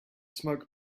smoke